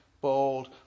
bold